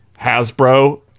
Hasbro